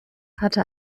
hatte